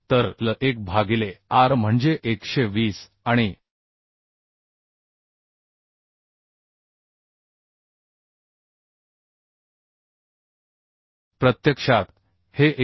तर l1 भागिले r म्हणजे 120 आणि प्रत्यक्षात हे 120